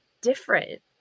different